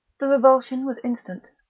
the revulsion was instant.